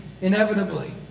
inevitably